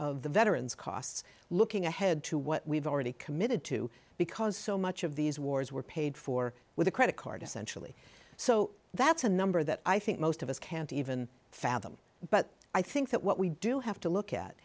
of the veterans costs looking ahead to what we've already committed to because so much of these wars were paid for with a credit card essentially so that's a number that i think most of us can't even fathom but i think that what we do have to look at